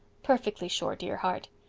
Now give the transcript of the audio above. perfectly sure, dear heart.